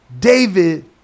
David